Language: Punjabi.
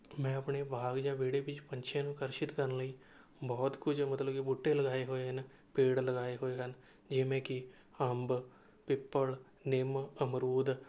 ਮੈਂ ਆਪਣੇ ਬਾਗ ਜਾਂ ਵਿਹੜੇ ਵਿੱਚ ਪੰਛੀਆਂ ਨੂੰ ਆਕਰਸ਼ਿਤ ਕਰਨ ਲਈ ਬਹਤੁ ਕੁਝ ਮਤਲਬ ਕਿ ਬੂਟੇ ਲਗਾਏ ਹੋਏ ਹਨ ਪੇੜ ਲਗਾਏ ਹੋਏ ਹਨ ਜਿਵੇਂ ਕਿ ਅੰਬ ਪਿੱਪਲ ਨਿੰਮ ਅਮਰੂਦ